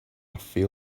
feel